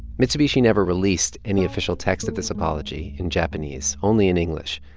mitsubishi never released any official text of this apology in japanese, only in english.